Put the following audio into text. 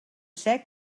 sec